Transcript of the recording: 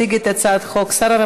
היא לא הגיעה בזמן, ראיתי.